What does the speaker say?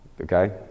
Okay